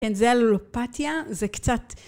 כן, זה על הולופתיה, זה קצת.